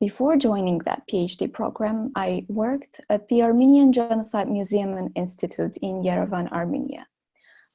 before joining that ph d. program, i worked at the armenian genocide museum and institute in yerevan, armenia